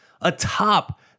atop